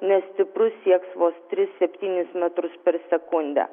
nestiprus sieks vos tris septynis metrus per sekundę